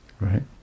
Right